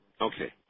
Okay